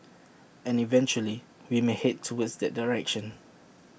and eventually we may Head towards that direction